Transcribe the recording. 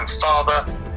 father